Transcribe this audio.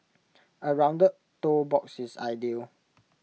A rounded toe box is ideal